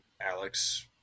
Alex